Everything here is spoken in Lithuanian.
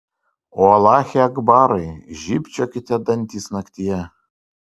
o alache akbarai žybčiokite dantys naktyje